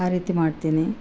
ಆ ರೀತಿ ಮಾಡ್ತೀನಿ